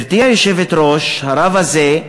גברתי היושבת-ראש, הרב הזה,